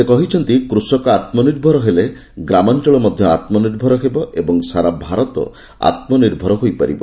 ସେ କହିଛନ୍ତି କୃଷକ ଆତ୍କନିର୍ଭର ହେଲେ ଗ୍ରାମାଞ୍ଚଳ ମଧ୍ୟ ଆତ୍କନିର୍ଭର ହେବ ଏବଂ ସାରା ଭାରତ ଆତ୍କନିର୍ଭର ହୋଇପାରିବ